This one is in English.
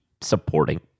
supporting